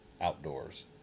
Outdoors